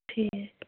ٹھیٖک